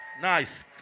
nice